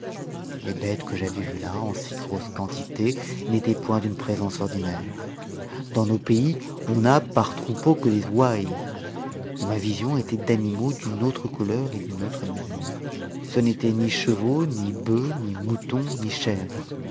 les bêtes que j'avais vues là en si grosse quantité n'étaient point d'une présence ordinaire dans nos pays on n'a par troupeaux que des ouailles et ma vision était d'animaux d'une autre couleur et d'une autre mesure ce n'était ni chevaux ni boeufs ni moutons ni chèvres